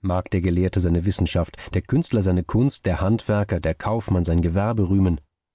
mag der gelehrte seine wissenschaft der künstler seine kunst der handwerker der kaufmann sein gewerbe rühmen